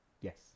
Yes